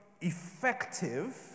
effective